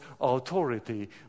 authority